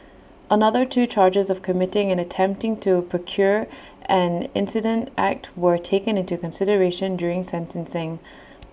another two charges of committing and attempting to procure an incident act were taken into consideration during sentencing